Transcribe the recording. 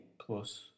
plus